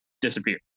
disappear